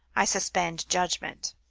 i suspend judgment,